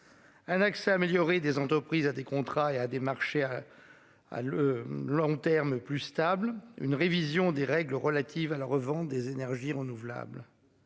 Un accès amélioré des entreprises à des contrats et à des marchés. Ah le long terme plus stable, une révision des règles relatives à la revente des énergies renouvelables.